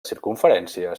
circumferència